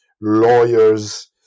lawyers